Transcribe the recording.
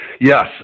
Yes